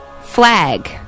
flag